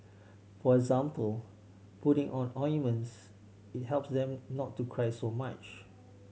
for example putting on ointments it helps them not to cry so much